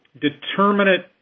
determinate